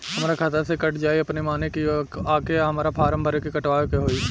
हमरा खाता से कट जायी अपने माने की आके हमरा फारम भर के कटवाए के होई?